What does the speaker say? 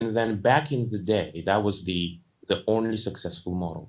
בתקופה ההיא זה היה המודל המוצלח היחיד